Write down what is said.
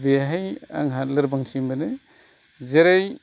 बेहाय आंहा लोरबांथि मोनो जेरै